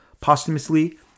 posthumously